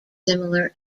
similar